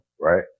right